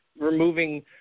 removing